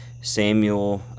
samuel